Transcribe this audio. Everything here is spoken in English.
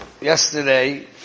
yesterday